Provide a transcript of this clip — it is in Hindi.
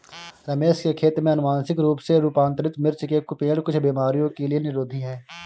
रमेश के खेत में अनुवांशिक रूप से रूपांतरित मिर्च के पेड़ कुछ बीमारियों के लिए निरोधी हैं